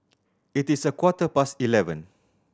it is a quarter past eleven